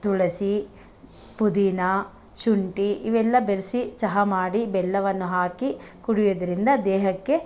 ತುಳಸಿ ಪುದೀನ ಶುಂಠಿ ಇವೆಲ್ಲ ಬೆರೆಸಿ ಚಹಾ ಮಾಡಿ ಬೆಲ್ಲವನ್ನು ಹಾಕಿ ಕುಡಿಯೋದರಿಂದ ದೇಹಕ್ಕೆ